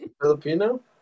Filipino